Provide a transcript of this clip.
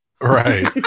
Right